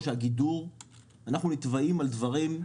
הגידור - אנחנו נתבעים על דברים.